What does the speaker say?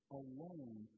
alone